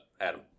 Adam